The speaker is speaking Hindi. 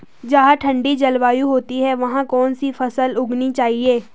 जहाँ ठंडी जलवायु होती है वहाँ कौन सी फसल उगानी चाहिये?